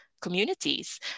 communities